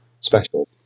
special